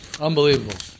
Unbelievable